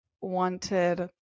wanted